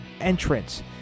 entrance